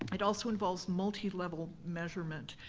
it also involves multi-level measurement.